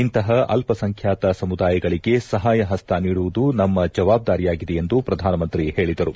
ಇಂತಹ ಅಲ್ಪಸಂಖ್ಯಾತ ಸಮುದಾಯಗಳಗೆ ಸಹಾಯ ಹಸ್ತ ನೀಡುವುದು ನಮ್ನ ಜವಾಬ್ದಾರಿಯಾಗಿದೆ ಎಂದು ಪ್ರಧಾನಮಂತ್ರಿ ಹೇಳಿದರು